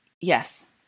Yes